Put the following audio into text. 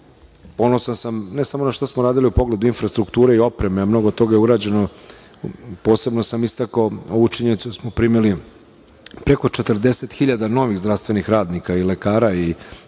sam ne samo na šta smo uradili u pogledu infrastrukture i opreme, a mnogo toga je urađeno. Posebno sam istakao ovu činjenicu da smo primili preko 40.000 novih zdravstvenih radnika i lekara i